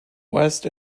west